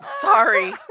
Sorry